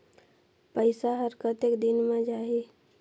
पइसा हर कतेक दिन मे जाही?